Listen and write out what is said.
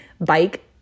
bike